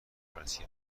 بررسی